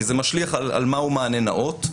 כי זה משליך על מה הוא מענה נאות,